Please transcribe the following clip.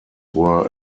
were